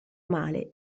male